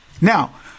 Now